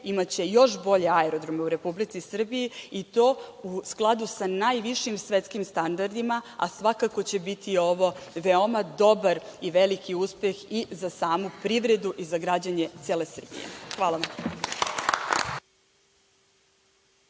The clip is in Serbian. imaće još bolje aerodrome u Republici Srbiji i to u skladu sa najvišim svetskim standardima, a svakako će biti ovo veoma dobar i veliku uspeh i za samu privredu i za građane cele Srbije. Hvala.